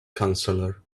counselor